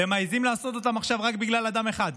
והם מעיזים לעשות עכשיו רק בגלל אדם אחד,